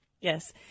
Yes